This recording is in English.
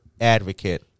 advocate